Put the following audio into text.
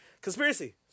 Conspiracy